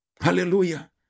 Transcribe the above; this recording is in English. Hallelujah